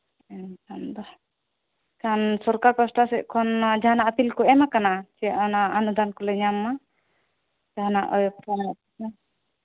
ᱮᱱᱠᱷᱟᱱ ᱫᱚ ᱮᱱᱠᱷᱟᱱ ᱥᱚᱨᱠᱟᱨ ᱯᱟᱥᱴᱟ ᱥᱮᱫ ᱠᱷᱚᱱ ᱡᱟᱦᱟᱱᱟᱜ ᱟᱹᱯᱤᱞ ᱠᱚ ᱮᱢ ᱠᱟᱱᱟ ᱥᱮ ᱚᱱᱟ ᱚᱱᱩᱫᱟᱱ ᱠᱚᱞᱮ ᱧᱟᱢ ᱢᱟ